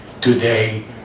today